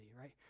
right